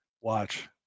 Watch